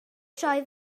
sioe